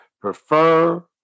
prefer